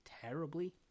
terribly